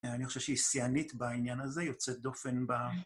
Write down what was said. אני חושב שהיא שיאנית בעניין הזה, יוצאת דופן ב...